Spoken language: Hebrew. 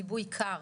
גיבוי קר,